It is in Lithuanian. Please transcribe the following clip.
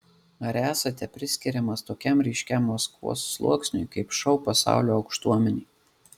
ar esate priskiriamas tokiam ryškiam maskvos sluoksniui kaip šou pasaulio aukštuomenė